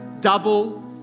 double